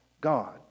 God